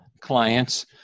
clients